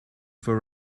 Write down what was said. for